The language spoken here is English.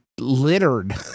littered